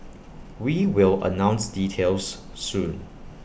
we will announce details soon